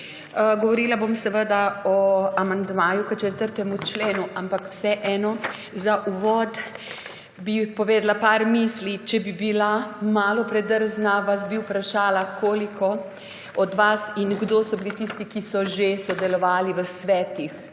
Govorila bom seveda o amandmaju k 4. členu, ampak vseeno za uvod bi povedala par misli. Če bi bila malo predrzna, bi vas vprašala, koliko od vas in kdo so bili tisti, ki so že sodelovali v svetih